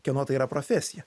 kieno tai yra profesija